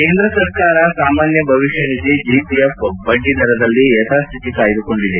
ಕೇಂದ್ರ ಸರ್ಕಾರ ಸಾಮಾನ್ನ ಭವಿಷ್ಕ ನಿಧಿ ಜಿಪಿಎಫ್ ಬಡ್ಡಿದರದಲ್ಲಿ ಯಥಾಸ್ವಿತಿ ಕಾಯ್ದುಕೊಂಡಿದೆ